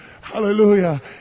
Hallelujah